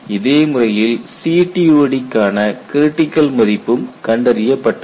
இதே முறையில் CTOD கான கிரிட்டிக்கல் மதிப்பும் கண்டறியப்பட்டது